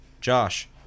Josh